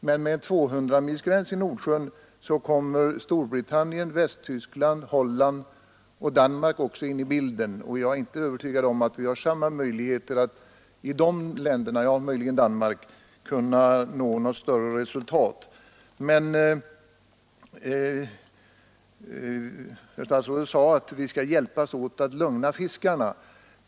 Men med en 200-milsgräns i Nordsjön kommer Storbritannien, Västtyskland, Holland och Danmark också in i bilden, och jag är inte övertygad om att vi har samma möjligheter där att nå något vidare bra resultat — utom möjligen i Danmark. Statsrådet sade att vi skall hjälpas åt att lugna fiskarna.